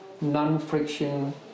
non-friction